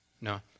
no